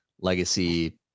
legacy